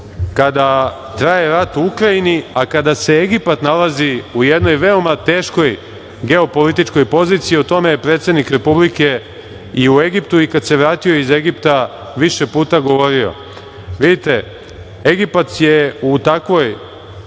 kada traje rat u Ukrajini, a kada se Egipat nalazi u jednoj veoma teškoj geopolitičkoj poziciji. O tome je predsednik Republike i u Egiptu i kad se vratio iz Egipta više puta govorio. Vidite, Egipat je na takvom